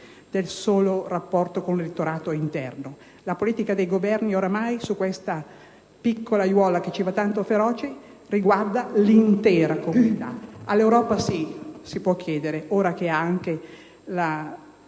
del solo rapporto con l'elettorato interno. Ormai la politica dei Governi su questa piccola aiuola che ci fa essere feroci riguarda l'intera Comunità. All'Europa si può chiedere, ora che ha anche la